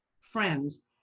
friends